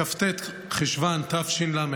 בכ"ט חשוון תש"ל,